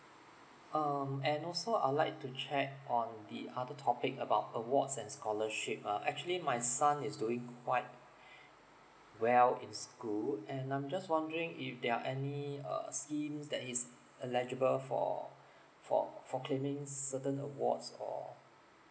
um and also I would like to check on the other topic about awards and scholarship ah actually my son is doing quite well in school and I'm just wondering if there are any uh schemes that he's eligible for for for claiming certain awards or